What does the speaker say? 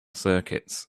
circuits